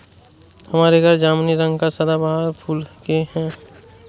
हमारे घर जामुनी रंग के सदाबहार के फूल हैं